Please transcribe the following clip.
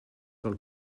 del